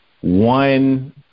one